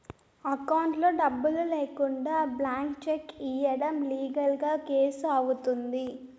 అకౌంట్లో డబ్బులు లేకుండా బ్లాంక్ చెక్ ఇయ్యడం లీగల్ గా కేసు అవుతుంది